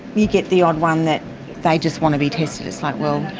you get the odd one that they just want to be tested. it's like, well,